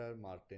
Martin